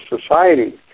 society